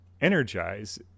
energize